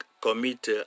commit